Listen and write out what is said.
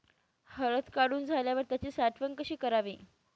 हळद काढून झाल्यावर त्याची साठवण कशी करावी?